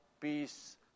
peace